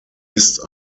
ist